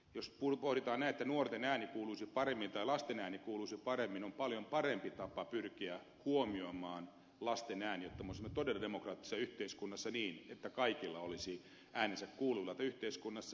jos pohditaan sitä miten nuorten tai lasten ääni kuuluisi paremmin on paljon parempi tapa pyrkiä huomioimaan lasten ääni tämmöisessä todella demokraattisessa yhteiskunnassa niin että kaikilla olisi äänensä kuuluvilla yhteiskunnassa